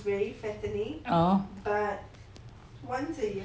orh